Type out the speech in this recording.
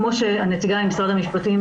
כמו שאמרה נציגת משרד המשפטים,